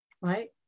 right